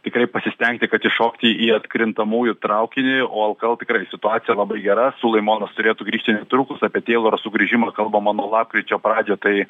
tikrai pasistengti kad įšokti į atkrintamųjų traukinį o lkl tikrai situacija labai gera sulaimonas turėtų grįžti netrukus apie teiloro sugrįžimą kalbama nuo lapkričio pradžio tai